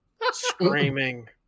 screaming